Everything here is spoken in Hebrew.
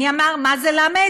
מי אמר, מה זה למ"ד?